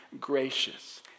gracious